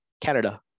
Canada